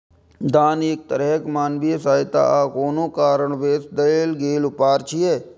दान एक तरहक मानवीय सहायता आ कोनो कारणवश देल गेल उपहार छियै